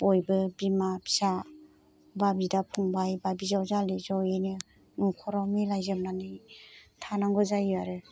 बयबो बिमा फिसा बा बिदा फंबाय बा बिजावजालि ज'यैनो न'खराव मिलायजोबना नै थानांगौ जायो आरो